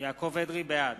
בעד